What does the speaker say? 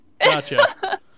Gotcha